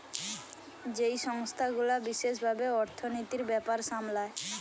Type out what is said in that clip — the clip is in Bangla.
যেই সংস্থা গুলা বিশেষ ভাবে অর্থনীতির ব্যাপার সামলায়